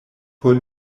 por